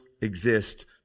exist